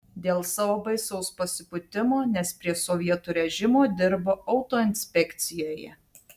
dėl savo baisaus pasipūtimo nes prie sovietų režimo dirbo autoinspekcijoje